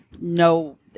No